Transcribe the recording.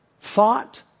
thought